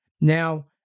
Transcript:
Now